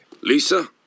Lisa